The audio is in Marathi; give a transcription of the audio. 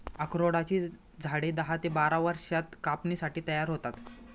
अक्रोडाची झाडे दहा ते बारा वर्षांत कापणीसाठी तयार होतात